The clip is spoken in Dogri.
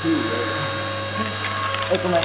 ठीक ऐ इक्क मिंट